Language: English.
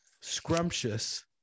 scrumptious